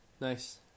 Nice